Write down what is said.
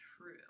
true